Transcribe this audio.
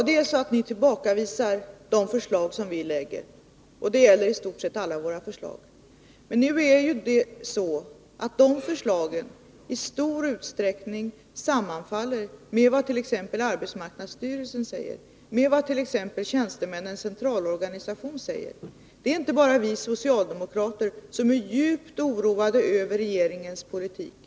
Herr talman! Ja, ni tillbakavisar i stort sett alla de förslag som vi lägger fram. Men de förslagen sammanfaller i stor utsträckning med vad t.ex. arbetsmarknadsstyrelsen och tjänstemännens centralorganisation säger. Det är inte bara vi socialdemokrater som är djupt oroade över regeringens politik.